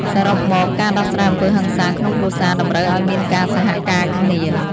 សរុបមក ការដោះស្រាយអំពើហិង្សាក្នុងគ្រួសារតម្រូវឲ្យមានការសហការគ្នា។